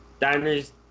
diners